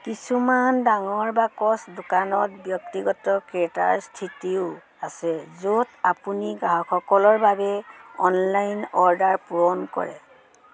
কিছুমান ডাঙৰ বাকচ দোকানত ব্যক্তিগত ক্ৰেতাৰ স্থিতিও আছে য'ত আপুনি গ্ৰাহকসকলৰ বাবে অনলাইন অৰ্ডাৰ পূৰণ কৰে